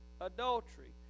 adultery